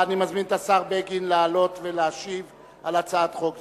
אני מזמין את השר בגין לעלות ולהשיב על הצעת חוק זו.